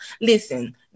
Listen